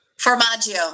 Formaggio